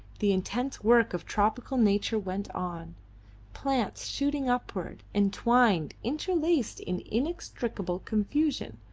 the intense work of tropical nature went on plants shooting upward, entwined, interlaced in inextricable confusion,